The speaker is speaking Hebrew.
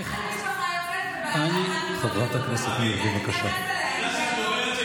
אם בעלת משפחה יוצאת ובעלה תומך בה,